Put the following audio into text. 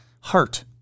heart